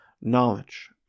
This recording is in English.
knowledge